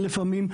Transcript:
לפעמים,